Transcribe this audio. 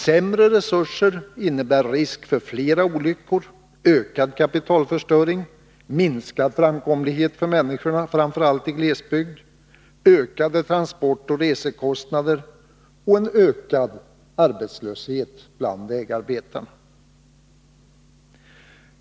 Sämre resurser innebär risk för fler olyckor, ökad kapitalförstöring, minskad framkomlighet för människorna, framför allt i glesbygd, ökade transportoch reskostnader och en ökad arbetslöshet bland vägarbetarna.